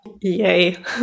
Yay